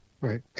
Right